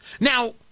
now